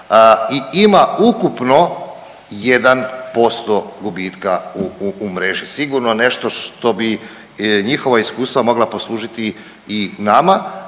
ima ukupno 1% gubitka u mreži, sigurno nešto što bi njihova iskustva mogla poslužiti i nama